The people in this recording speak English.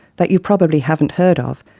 that you probably haven't heard of,